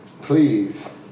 Please